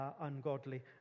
ungodly